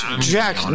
Jack